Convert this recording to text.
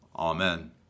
Amen